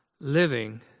living